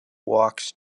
walks